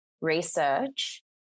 research